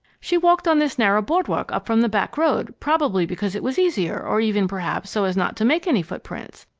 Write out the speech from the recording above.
she walked on this narrow board-walk up from the back road, probably because it was easier, or, even perhaps, so as not to make any footprints.